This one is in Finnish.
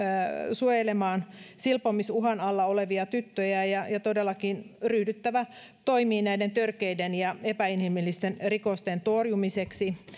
suojelemaan silpomisuhan alla olevia tyttöjä ja ja ryhdyttävä toimiin näiden törkeiden ja epäinhimillisten rikosten torjumiseksi